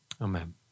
Amen